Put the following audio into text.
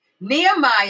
Nehemiah